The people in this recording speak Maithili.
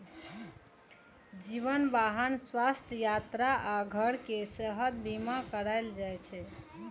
जीवन, वाहन, स्वास्थ्य, यात्रा आ घर के सेहो बीमा कराएल जाइ छै